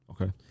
Okay